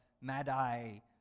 Madai